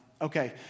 Okay